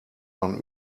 einen